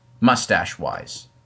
mustache-wise